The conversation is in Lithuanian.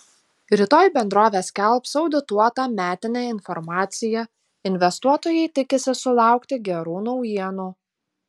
rytoj bendrovė skelbs audituotą metinę informaciją investuotojai tikisi sulaukti gerų naujienų